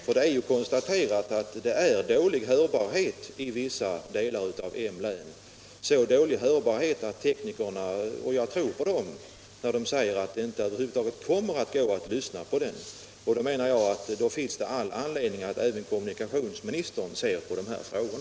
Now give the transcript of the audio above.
Det är nämligen konstaterat att lokalradions hörbarhet i vissa delar av M-län är så dålig att teknikerna — och jag tror på dem — säger att det över huvud taget inte kommer att vara möjligt att lyssna på lokalradion. Då menar jag att det finns anledning även för kommunikationsministern att vidta åtgärder.